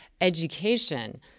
education